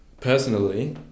personally